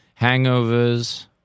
hangovers